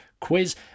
quiz